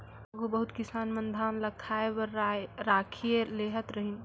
आघु बहुत किसान मन धान ल खाए बर राखिए लेहत रहिन